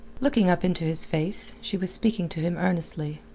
looking up into his face, she was speaking to him earnestly,